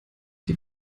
die